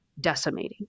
decimating